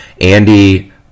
Andy